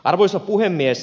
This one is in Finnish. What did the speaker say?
arvoisa puhemies